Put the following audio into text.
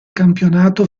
campionato